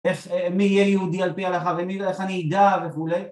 איך, מי יהיה יהודי על פי הלכה ומי לא, איך אני אדע וכולי